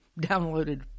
downloaded